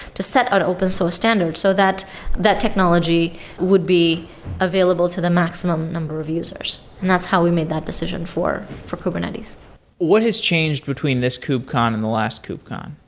to set on open source standards, so that that technology would be available to the maximum number of users. and that's how we made that decision for for kubernetes what has changed between this kubecon and the last kubecon?